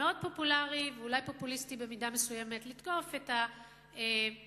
מאוד פופולרי ואולי פופוליסטי במידה מסוימת לתקוף את העשירים.